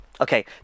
Okay